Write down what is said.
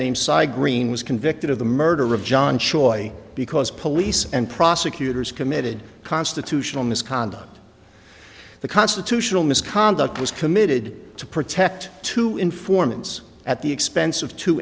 named saya green was convicted of the murder of john choi because police and prosecutors committed constitutional misconduct the constitutional misconduct was committed to protect to informants at the expense of t